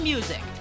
Music